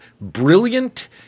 brilliant